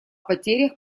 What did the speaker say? потерях